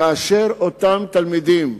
כאשר אותם תלמידים,